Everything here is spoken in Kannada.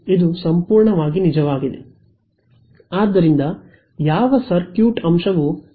ಆದ್ದರಿಂದ ಯಾವ ಸರ್ಕ್ಯೂಟ್ ಅಂಶವು ನಿಜವಾದ ಶಕ್ತಿಯನ್ನು ಕರಗಿಸುತ್ತದೆ